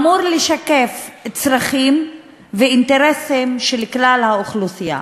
אמור לשקף צרכים ואינטרסים של כלל האוכלוסייה.